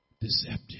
deceptive